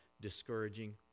discouraging